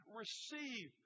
receive